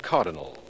Cardinal